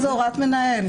זו הוראת מנהל.